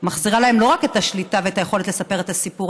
מחזירה להן לא רק את השליטה ואת היכולת לספר את הסיפור,